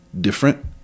different